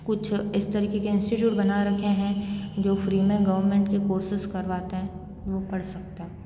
कुछ इस तरीके के इंस्टीट्यूट बना रखे हैं जो फ्री में गवर्नमेंट के कोर्सेस करवाते हैं वो पढ़ सकते हैं